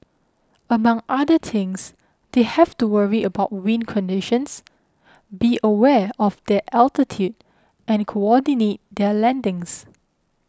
among other things they have to worry about wind conditions be aware of their altitude and coordinate their landings